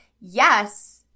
Yes